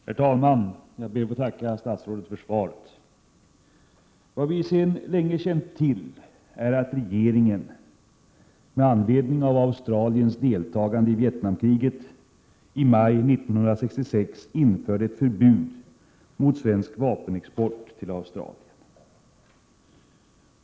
Herr talman! Jag ber att få tacka statsrådet för svaret. Vad vi sedan länge känt till är att regeringen, med anledning av Australiens deltagande i Vietnamkriget, i maj 1966 införde ett förbud mot svensk vapenexport till Australien.